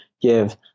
give